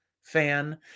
fan